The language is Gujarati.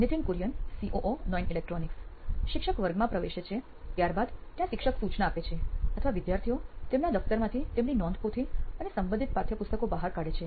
નિથિન કુરિયન સીઓઓ નોઇન ઇલેક્ટ્રોનિક્સ શિક્ષક વર્ગમાં પ્રવેશે છે ત્યાર બાદ ત્યાં શિક્ષક સૂચના આપે છે અથવા વિદ્યાર્થીઓ તેમના દફતરમાંથી તેમની નોંધપોથી અને સંબંધિત પાઠયપુસ્તકો બહાર કાઢે છે